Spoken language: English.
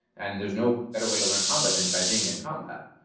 and there's no better way to learn combat than by being in combat.